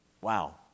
Wow